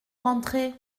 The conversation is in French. rentrer